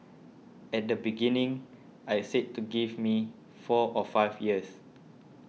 at the beginning I said to give me four or five years